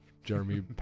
Jeremy